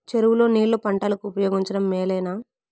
చెరువు లో నీళ్లు పంటలకు ఉపయోగించడం మేలేనా?